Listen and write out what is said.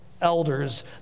elders